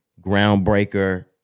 groundbreaker